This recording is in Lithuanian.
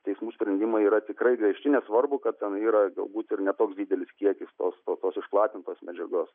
teismų sprendimai yra tikrai griežti nesvarbu kad ten yra galbūt ir ne toks didelis kiekis tos to tos išplatintos medžiagos